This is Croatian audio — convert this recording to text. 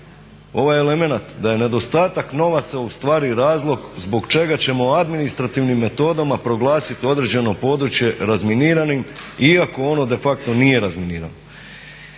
ovaj elemenat da je nedostatak novaca ustvari razlog zbog čega ćemo administrativnim metodama proglasiti određeno područje razminiranim iako ono defacto nije razminirano.